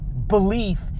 belief